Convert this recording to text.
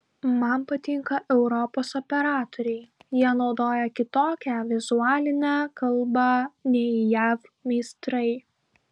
man patinka europos operatoriai jie naudoja kitokią vizualinę kalbą nei jav meistrai